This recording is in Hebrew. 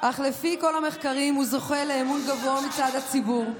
אך לפי כל המחקרים הוא זוכה לאמון גבוה מצד הציבור.